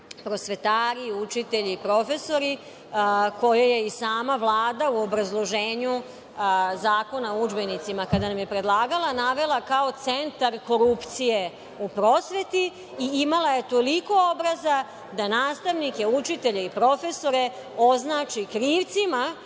prosvetari, učitelji i profesori koje je i sama Vlada u obrazloženju Zakona o udžbenicima, kada im je predlagala, navela kao centar korupcije u prosveti i imala je toliko obraza da nastavnike, učitelje i profesore označi krivcima